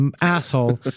asshole